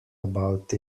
about